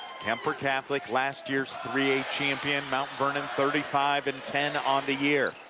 kuemper catholic last year's three a champion. mount vernon thirty five and ten on the year.